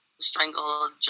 Strangled